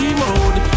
mode